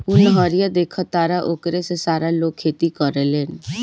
उ नहरिया देखऽ तारऽ ओकरे से सारा लोग खेती करेलेन